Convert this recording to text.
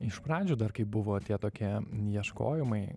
iš pradžių dar kai buvo tie tokie ieškojimai